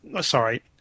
Sorry